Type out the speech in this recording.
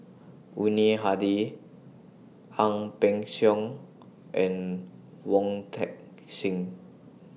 Yuni Hadi Ang Peng Siong and Wong Heck Sing